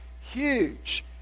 huge